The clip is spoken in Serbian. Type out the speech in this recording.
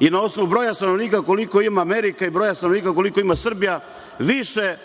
i na osnovu broja stanovnika koliko ima Amerika i broja stanovnika koliko ima Srbija, više